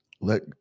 let